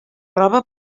roba